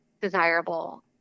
desirable